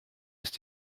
ist